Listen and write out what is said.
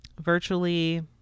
Virtually